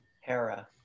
Hera